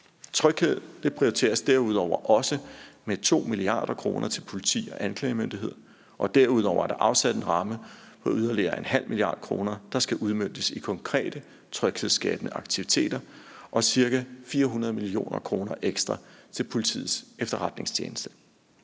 Tryghed prioriteres derudover også med 2 mia. kr. til politi og anklagemyndighed, og derudover er der afsat en ramme for yderligere 0,5 mia. kr., der skal udmøntes i konkrete tryghedsskabende aktiviteter, og ca. 400 mio. kr. ekstra til Politiets Efterretningstjeneste.